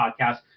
podcast